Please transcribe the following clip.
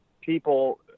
people